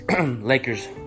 Lakers